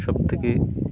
সবথেকে